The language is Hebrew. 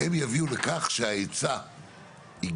הם יביאו לכך שההיצע יגדל.